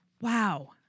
Wow